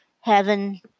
...heaven